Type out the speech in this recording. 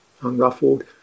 unruffled